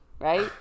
Right